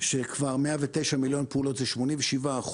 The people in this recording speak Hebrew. שכבר 109 מיליון פעולות, זה 87%,